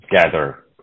gather